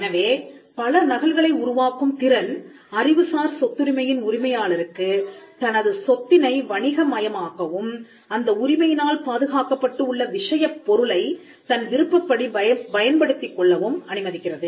எனவே பல நகல்களை உருவாக்கும் திறன் அறிவுசார் சொத்துரிமையின் உரிமையாளருக்குத் தனது சொத்தினை வணிகமையமாக்கவும்அந்த உரிமையினால் பாதுகாக்கப்பட்டு உள்ள விஷயப் பொருளைத் தன் விருப்பப்படி பயன்படுத்திக் கொள்ளவும் அனுமதிக்கிறது